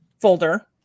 folder